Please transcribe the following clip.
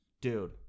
Dude